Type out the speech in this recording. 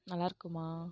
நல்லாயிருக்குமா